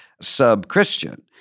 sub-Christian